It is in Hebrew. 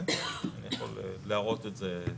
כן, אני יכול להראות את זה.